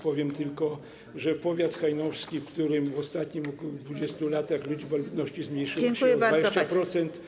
Powiem tylko, że powiat hajnowski, w którym w ostatnim 20 latach liczba ludności zmniejszyła się o 20%.